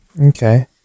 Okay